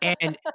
And-